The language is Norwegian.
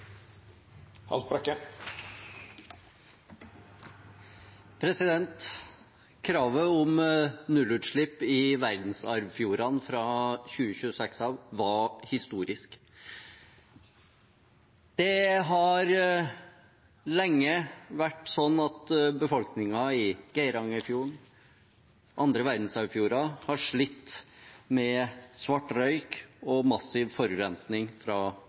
Kravet om nullutslipp i verdensarvfjordene fra 2026 var historisk. Det har lenge vært sånn at befolkningen i Geirangerfjorden og andre verdensarvfjorder har slitt med svart røyk og massiv forurensning fra